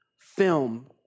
film